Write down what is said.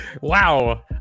Wow